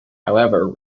however